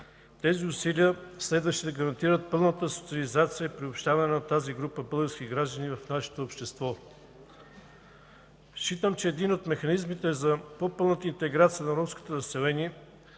Тези усилия следваше да гарантират пълната социализация и приобщаване на тази група български граждани в нашето общество. Считам, че един от механизмите за по-пълната интеграция на ромското население